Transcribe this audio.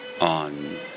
on